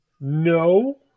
No